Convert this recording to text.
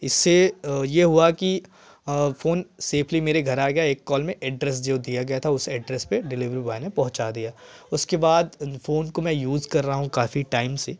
इससे ये हुआ कि फ़ोन सेफ़ली मेरे घर आ गया एक कॉल में एड्रेस जो दिया गया था उस एड्रेस पे डिलिवरी बॉय ने पहुँचा दिया उसके बाद उन फ़ोन को मैं यूज़ कर रहा हूँ काफ़ी टाइम से